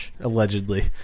Allegedly